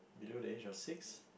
below the age of six